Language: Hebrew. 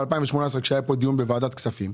כשהיה ב-2018 דיון בוועדת כספים.